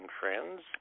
Friends